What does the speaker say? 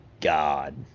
God